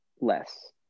less